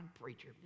preacher